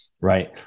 right